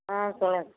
ஆ சொல்லு